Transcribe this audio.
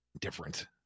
different